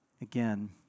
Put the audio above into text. Again